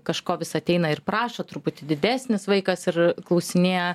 kažko vis ateina ir prašo truputį didesnis vaikas ir klausinėja